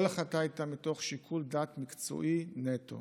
כל החלטה הייתה מתוך שיקול דעת מקצועי נטו